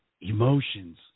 emotions